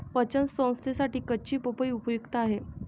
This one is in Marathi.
पचन संस्थेसाठी कच्ची पपई उपयुक्त आहे